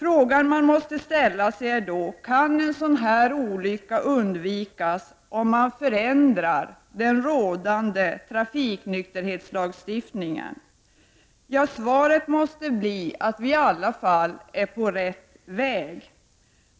Då måste man fråga sig: Kan en sådan olycka undvikas om man förändrar den rådande trafiknykterhetslagstiftningen? Svaret blir att vi i alla fall är på rätt väg.